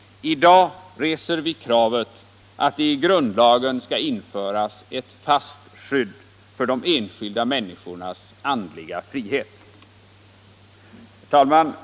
I dag reser vi kravet att det i grundlagen skall införas ett fast skydd för de enskilda människornas andliga frihet. Herr talman!